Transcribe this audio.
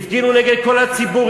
הפגינו נגד כל הציבור,